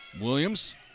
Williams